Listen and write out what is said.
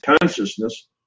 consciousness